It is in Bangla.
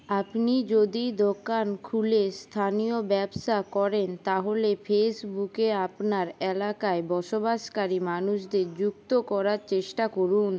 আপনি যদি দোকান খুলে স্থানীয় ব্যবসা করেন তাহলে ফেসবুকে আপনার এলাকায় বসবাসকারী মানুষদের যুক্ত করার চেষ্টা করুন